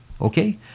okay